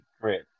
great